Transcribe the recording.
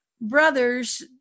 brothers